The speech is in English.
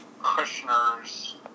Kushner's